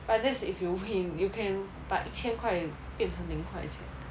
but that's if you win you can 一千块变成零块钱